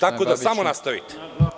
Tako da smo nastavite.